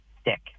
stick